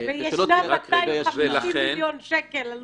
--- וישנם 250 מיליון שקל עלות.